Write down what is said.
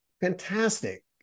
fantastic